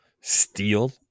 Steel